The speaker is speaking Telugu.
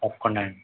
తప్పకుండా అండీ